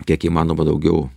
kiek įmanoma daugiau